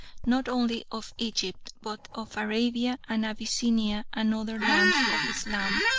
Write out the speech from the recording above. not only of egypt, but of arabia and abyssinia and other lands of islam.